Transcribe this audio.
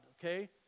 okay